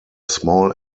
small